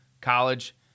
college